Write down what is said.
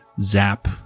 zap